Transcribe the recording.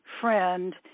friend